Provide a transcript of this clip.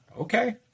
okay